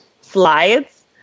slides